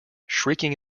shrieking